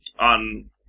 on